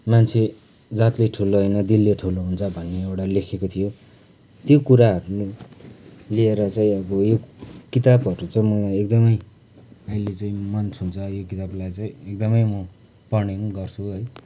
मान्छे जातले ठुलो होइन दिलले ठुलो हुन्छ भन्ने एउटा लेखेको थियो त्यो कुराहरू लिएर चाहिँ अब यो किताबहरू चाहिँ म एकदमै अहिले चाहिँ मन छुन्छ यो किताबलाई चाहिँ एकदमै म पढ्ने पनि गर्छु है